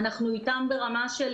אנחנו איתם ברמה של